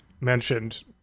mentioned